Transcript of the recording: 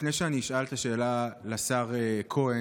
לפני שאני אשאל את השאלה לשר כהן,